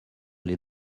les